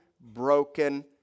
broken